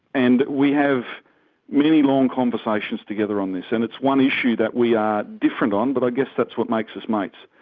and we have many long conversations together on this, and it's one issue that we are different on, but i guess that's what makes us mates.